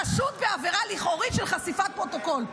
חשוד בעבירה לכאורית של חשיפת פרוטוקול.